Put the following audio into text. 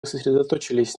сосредоточились